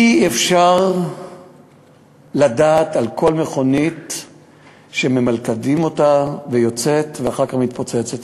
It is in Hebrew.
אי-אפשר לדעת על כל מכונית שממלכדים והיא יוצאת ואחר כך מתפוצצת.